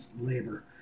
labor